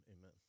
amen